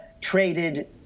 traded